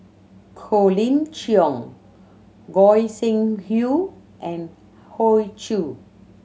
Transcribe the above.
Colin Cheong Goi Seng Hui and Hoey Choo